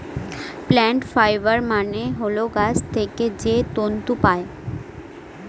plant fibre মানে হল গাছ থেকে যে তন্তু পায়